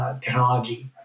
technology